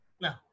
No